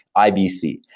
ibc,